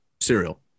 cereal